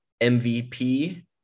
MVP